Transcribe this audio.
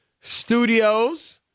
studios